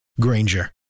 Granger